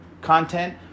content